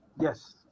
Yes